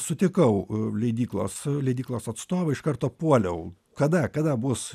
sutikau leidyklos leidyklos atstovą iš karto puoliau kada kada bus